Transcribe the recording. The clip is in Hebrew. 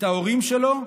את ההורים שלו,